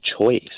choice